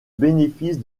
bénéfice